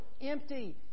empty